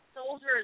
Soldiers